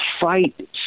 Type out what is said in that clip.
fight